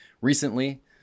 recently